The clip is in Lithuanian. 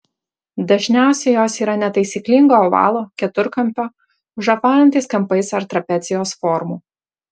dažniausiai jos yra netaisyklingo ovalo keturkampio užapvalintais kampais ar trapecijos formų